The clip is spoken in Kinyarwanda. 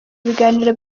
biganiro